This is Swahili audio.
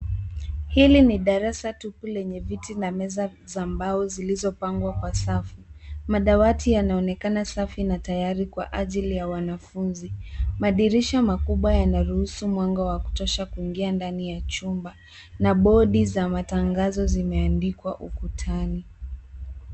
Hili ni darasa tupu lenye viti na meza za mbao zilizopangwa kwa safu. Madawati yanaonekana safi na tayari kwa ajili ya wanafunzi, madirisha makubwa yanaruhusu mwanga wa kutosha kuingia ndani ya chumba, na bodi za matangazo zimeandikwa ukutani.